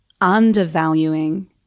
undervaluing